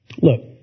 Look